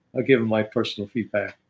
ah give them my personal feedback.